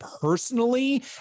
personally